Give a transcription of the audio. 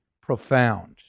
profound